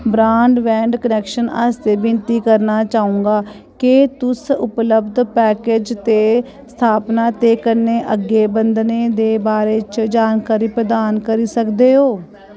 broadband connection आस्तै विनती करना चाहूंगा केह् तुस उपलब्ध पैकेज ते स्थापना दे कन्नै अग्गें बधने दे बारे च जानकारी प्रदान करी सकदे ओ